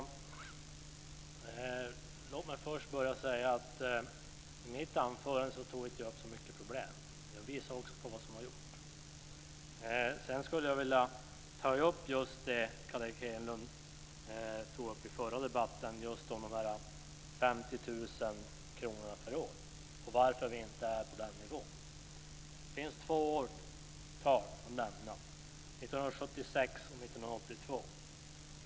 Herr talman! Låt mig först säga att jag inte tog upp så många problem i mitt anförande, och jag visade också på vad som har gjorts. Carl Erik Hedlund tog i den förra debatten upp de 50 000 kronorna per år och varför vi inte är på den nivån. Det finns två årtal att nämna: år 1976 och år 1982.